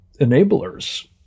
enablers